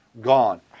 gone